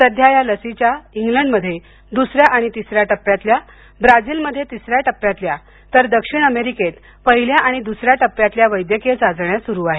सध्या या लसीच्या इंग्लंडमध्ये दुसऱ्या आणि तिसऱ्या टप्प्यातल्या ब्राझीलमध्ये तिसऱ्या टप्प्यातल्या तर दक्षिण अमेरिकेत पहिल्या आणि दुसऱ्या टप्प्यातल्या वैद्यकीय चाचण्या स्रु आहेत